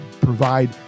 provide